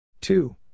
Two